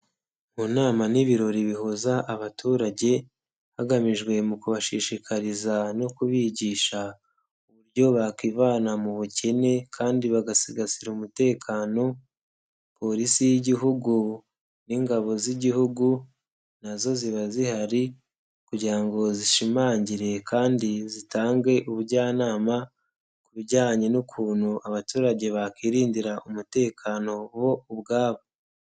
Mu nama n'ibirori bihuza abaturage hagamijwe mu kubashishikariza no kubigisha uburyo bakwivana mu bukene kandi bagasigasira umutekano, polisi y'Igihugu n'ingabo z'Igihugu na zo ziba zihari kugira ngo zishimangire kandi zitange ubujyanama, kubijyanye n'ukuntu abaturage bakirindira umutekano bo ubwabo.